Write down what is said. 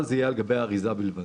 אבל זה יהיה על גבי האריזה בלבד.